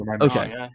Okay